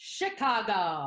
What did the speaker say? Chicago